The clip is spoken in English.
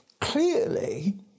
clearly